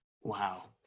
Wow